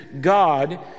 God